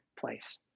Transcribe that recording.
place